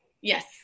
Yes